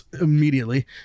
immediately